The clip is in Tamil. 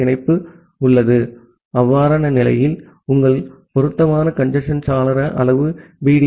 எஸ் இணைப்பு உள்ளது அவ்வாறான நிலையில் உங்கள் பொருத்தமான கஞ்சேஸ்ன் சாளர அளவு பி